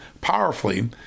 powerfully